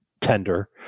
tender